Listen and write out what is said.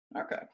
Okay